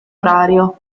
orario